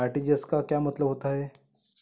RTGS का क्या मतलब होता है?